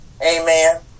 Amen